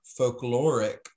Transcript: folkloric